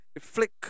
flick